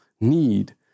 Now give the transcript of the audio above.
need